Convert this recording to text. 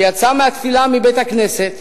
שיצא מהתפילה מבית-הכנסת,